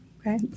Okay